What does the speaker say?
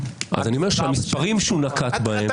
אני אומר שהמספרים שהוא נקט בהם --- אתה